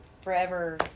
forever